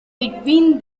between